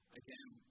again